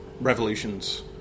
revolutions